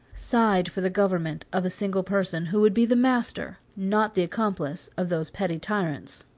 sighed for the government of a single person, who would be the master, not the accomplice, of those petty tyrants.